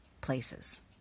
places